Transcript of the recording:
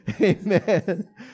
amen